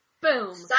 boom